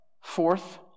Fourth